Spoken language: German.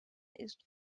ist